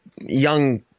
young